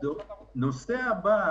הנושא הבא